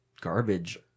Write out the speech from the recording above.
garbage